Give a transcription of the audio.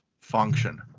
function